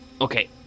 Okay